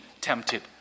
tempted